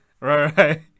Right